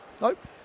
Nope